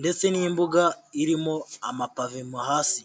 ndetse n'imbuga irimo amapave mo hasi.